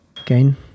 again